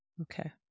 Okay